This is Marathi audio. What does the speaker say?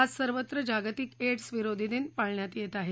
आज सर्वत्र जागतिक एङ्स विरोधी दिन पाळण्यात येत आहे